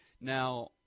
Now